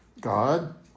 God